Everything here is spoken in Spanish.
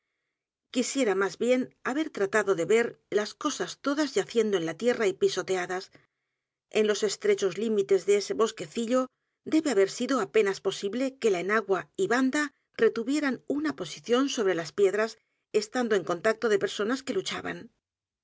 quisiera más bien haber tratado de ver las cosas todas yaciendo en la tierra y pisoteadas en los estrechos límites de ese bosquecillo debe haber sido apenas posible que la enagua y banda retuvieran una posición sobre las piedras estando en contacto de personas que l